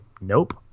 nope